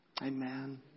Amen